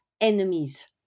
enemies